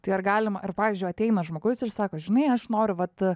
tai ar galima ar pavyzdžiui ateina žmogus ir sako žinai aš noriu vat